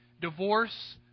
divorce